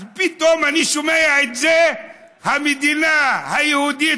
אז פתאום אני שומע את זה במדינה היהודית-הדמוקרטית,